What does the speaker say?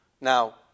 Now